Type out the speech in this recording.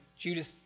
Judas